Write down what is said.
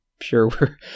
sure